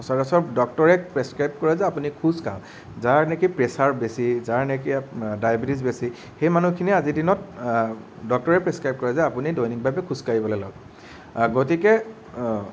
সচৰাচৰ ডক্তৰে প্ৰেচক্ৰাইব কৰে যে আপুনি খোজকাঢ়ক যাৰ নেকি প্ৰেচাৰ বেছি যাৰ নেকি আপ ডায়বেটিজ বেছি সেই মানুহখিনিয়ে আজিৰ দিনত ডক্তৰে প্ৰেচক্ৰাইব কৰে যে আপুনি দৈনিকভাৱে খোজকাঢ়িবলৈ লওক গতিকে